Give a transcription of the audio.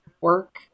work